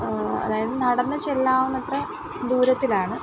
അതായത് നടന്ന് ചെല്ലാവുന്നത്ര ദൂരത്തിലാണ്